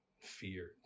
fear